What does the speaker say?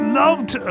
loved